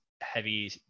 heavy